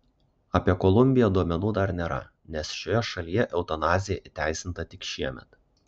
apie kolumbiją duomenų dar nėra nes šioje šalyje eutanazija įteisinta tik šiemet